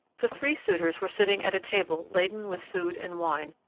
the three suitors were sitting at a table laden with food and wine,